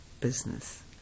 business